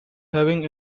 having